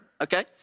okay